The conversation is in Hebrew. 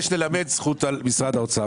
יש ללמד זכות על משרד האוצר.